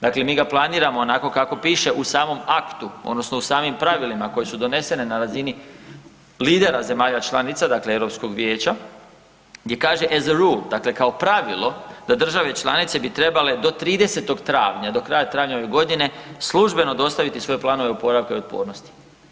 Dakle, mi ga planiramo onako kako piše u samom aktu odnosno u samim pravilima koji su donesene na razini lidera zemalja članica, dakle Europskog Vijeća, gdje kaže as a rule dakle kao pravilo da države članice bi trebale do 30.travnja do kraja travnja ove godine službeno dostaviti svoje planove oporavka i otpornosti.